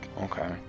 okay